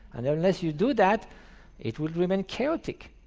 and unless you do that it will remain chaotic.